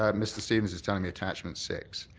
um mr. stevens is telling me attachment six.